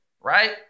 right